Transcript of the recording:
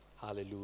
Hallelujah